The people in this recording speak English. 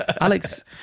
Alex